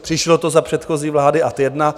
Přišlo to za předchozí vlády, ad 1.